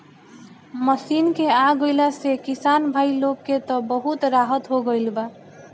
machine के आ गईला से किसान भाई लोग के त बहुत राहत हो गईल बा